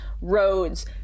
roads